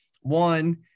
One